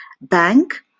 bank